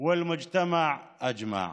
והחברה בכללותה.)